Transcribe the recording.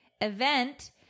event